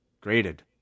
graded